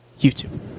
YouTube